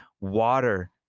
water